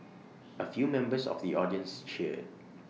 A few members of the audience cheered